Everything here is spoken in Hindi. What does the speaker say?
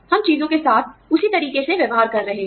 हम चीजों के साथ उसी तरीके से व्यवहार कर रहे हैं